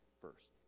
first